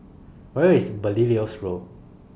Where IS Belilios Road